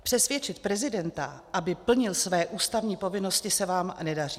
Přesvědčit prezidenta, aby plnil své ústavní povinnosti, se vám nedaří.